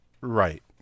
Right